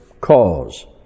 cause